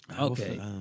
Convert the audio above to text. Okay